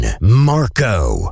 marco